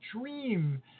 dream